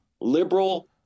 liberal